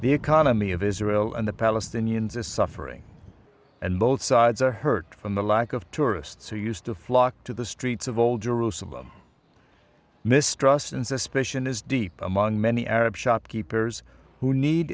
the economy of israel and the palestinians is suffering and both sides are hurt from the lack of tourists who used to flock to the streets of old jerusalem mistrust and suspicion is deep among many arab shopkeepers who need